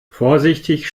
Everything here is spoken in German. vorsichtig